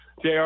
JR